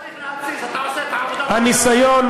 צריך להתסיס, אתה עושה את העבודה טוב מאוד.